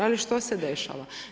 Ali što se dešava?